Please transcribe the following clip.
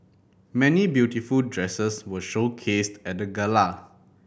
many beautiful dresses were showcased at the gala